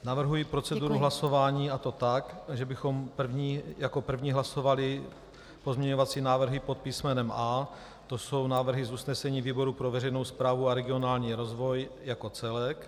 Navrhuji proceduru hlasování, a to tak, že bychom jako první hlasovali pozměňovací návrhy pod písmenem A, jsou to návrhy z usnesení výboru pro veřejnou správu a regionální rozvoj, jako celek.